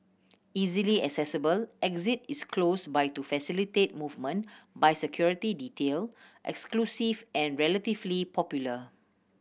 easily accessible exit is close by to facilitate movement by security detail exclusive and relatively popular